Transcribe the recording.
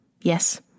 yes